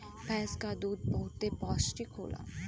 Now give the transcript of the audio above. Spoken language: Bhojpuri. भैंस क दूध बहुते पौष्टिक होला